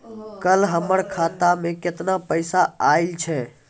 कल हमर खाता मैं केतना पैसा आइल छै?